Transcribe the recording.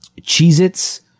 Cheez-Its